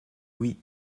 oui